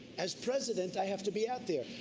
as president, i have to be out there.